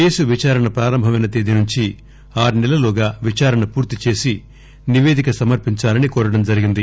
case విచారణ ప్రారంభమైన తేదీ నుంచి ఆర్సెల్లలోగా విచారణ పూర్తి చేసి నిపేదిక సమర్పించాలని కోరడం జరిగింది